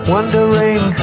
Wondering